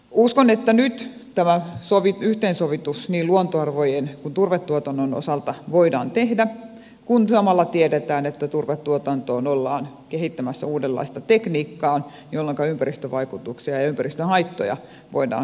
uskon että nyt tämä yhteensovitus niin luontoarvojen kuin turvetuotannon osalta voidaan tehdä kun samalla tiedetään että turvetuotantoon ollaan kehittämässä uudenlaista tekniikkaa jolloinka ympäristövaikutuksia ja ympäristöhaittoja voidaan huomattavasti vähentää